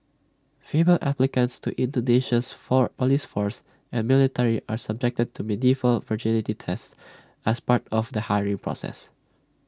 female applicants to Indonesia's for Police force and military are subjected to medieval virginity tests as part of the hiring process